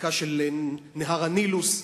בספיקה של נהר הנילוס.